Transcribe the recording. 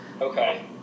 Okay